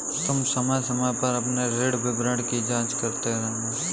तुम समय समय पर अपने ऋण विवरण की जांच करते रहना